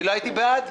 אני לא הייתי בעד?